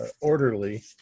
orderly